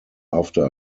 after